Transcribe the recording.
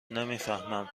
نمیفهمم